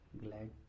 glad